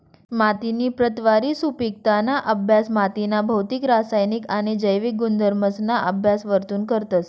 मातीनी प्रतवारी, सुपिकताना अभ्यास मातीना भौतिक, रासायनिक आणि जैविक गुणधर्मसना अभ्यास वरथून करतस